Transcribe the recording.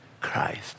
Christ